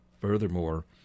Furthermore